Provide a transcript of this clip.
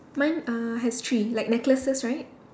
mine uh has three like necklaces right